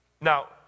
Now